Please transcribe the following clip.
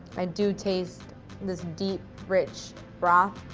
i do taste this deep, rich broth.